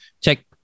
check